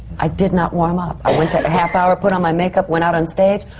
i did not warm up. i went to half hour, put on my makeup, went out on stage,